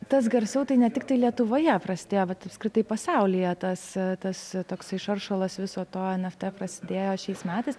tas garsiau tai ne tiktai lietuvoje prasidėjo bet ir apskritai pasaulyje tas tas toksai šaršalas viso to en ef tė prasidėjo šiais metais